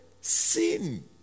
sin